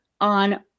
on